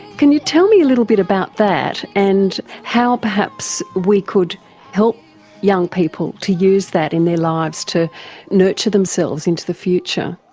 can you tell me a little bit about that and how perhaps we could help young people to use that in their lives to nurture themselves into the future?